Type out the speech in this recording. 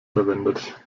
verwendet